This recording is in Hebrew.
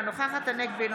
אינה נוכחת צחי הנגבי,